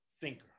thinker